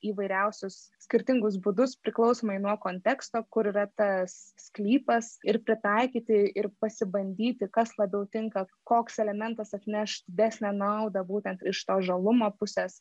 įvairiausius skirtingus būdus priklausomai nuo konteksto kur yra tas sklypas ir pritaikyti ir pasibandyti kas labiau tinka koks elementas atneš didesnę naudą būtent iš to žalumo pusės